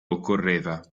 occorreva